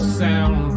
sound